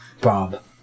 Bob